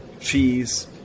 cheese